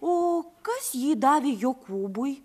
o kas jį davė jokūbui